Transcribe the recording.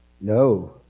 No